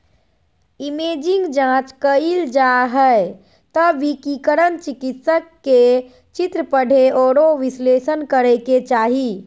imaging जांच कइल जा हइ त विकिरण चिकित्सक के चित्र पढ़े औरो विश्लेषण करे के चाही